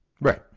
right